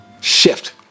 shift